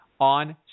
on